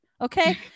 Okay